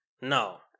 No